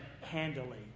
handily